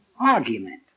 argument